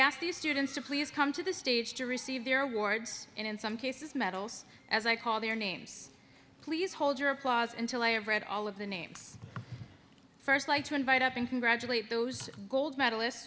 these students to please come to the stage to receive their awards and in some cases medals as i call their names please hold your applause until i have read all of the names st like to invite up and congratulate those gold medalist